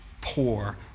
poor